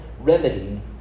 remedy